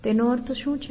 તેનો અર્થ શું છે